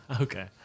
Okay